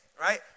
right